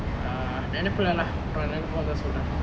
நெநப்பு இல்லலா நெநப்பு வந்தா சொல்ரென்:nenappu illela nenappu vanthaa solren